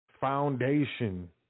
foundation